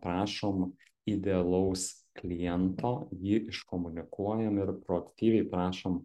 prašom idealaus kliento jį iškomunikuojam ir proaktyviai prašom